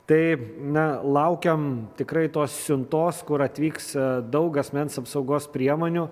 taip na laukiam tikrai tos siuntos kur atvyks daug asmens apsaugos priemonių